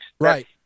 right